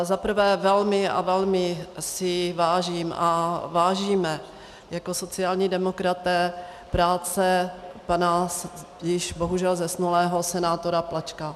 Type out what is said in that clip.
Zaprvé, velmi a velmi si vážím a vážíme jako sociální demokraté práce pana již bohužel zesnulého senátora Plačka.